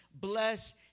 bless